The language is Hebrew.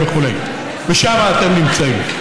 שם אתם נמצאים.